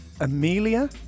Amelia